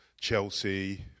Chelsea